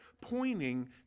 pointing